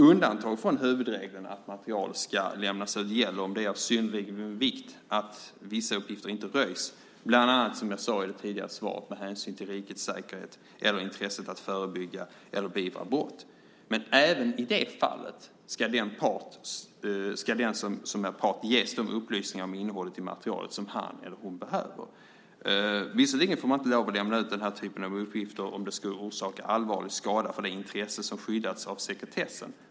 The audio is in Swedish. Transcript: Undantag från huvudregeln att material ska lämnas ut gäller om det är av synnerlig vikt att vissa uppgifter inte röjs bland annat, som jag sade i det tidigare svaret, med hänsyn till rikets säkerhet eller intresset att förebygga eller beivra brott. Men även i det fallet ska den som är part ges de upplysningar om innehållet i materialet som han eller hon behöver. Visserligen får man inte lov att lämna ut den här typen av uppgifter om de skulle orsaka allvarlig skada för det intresse som skyddas av sekretessen.